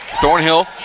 Thornhill